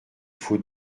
faut